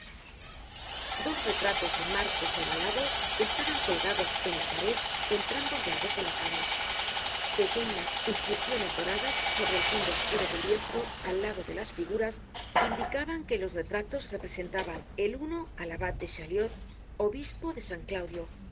dos retratos en marcos ovalados estaban colgados en la pared á entrambos lados de la cama pequeñas inscripciones doradas sobre el fondo oscuro del lienzo al lado de las figuras indicaban que los retratos representaban el uno al abad de chaliót obispo de san claudio